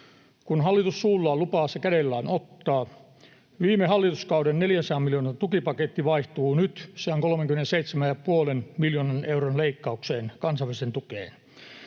Kun hallitus suullaan lupaa, se kädellään ottaa. Viime hallituskauden 400 miljoonan tukipaketti vaihtuu nyt 137,5 miljoonan euron leikkaukseen kansalliseen tukeen.